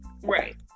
Right